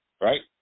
right